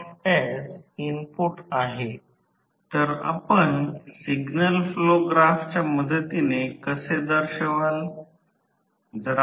4 KVA 200 400 volt 50 hertz एकल phase transformer च्या अंदाजे समतुल्य सर्किट चे मापदंड आहेत